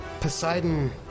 Poseidon